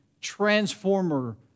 Transformer